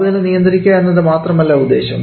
താപനില നിയന്ത്രിക്കുക എന്നത് മാത്രമല്ല ഉദ്ദേശം